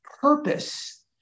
purpose